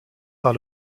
par